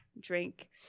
drink